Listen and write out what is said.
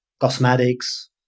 cosmetics